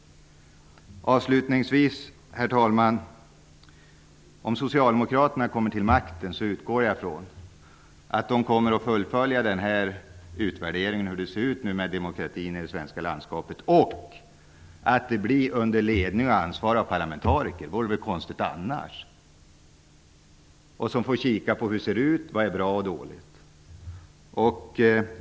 Avslutningsvis, herr talman, vill jag säga följande: Om socialdemokraterna kommer till makten utgår jag ifrån att man kommer att fullfölja utvärderingen av hur det ser ut med demokratin i det svenska landskapet och att det görs under ledning och ansvar av parlamentariker. Det vore väl konstigt annars! De får kika på hur det ser ut och vad som är bra och dåligt.